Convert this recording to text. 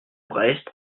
brest